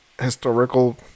historical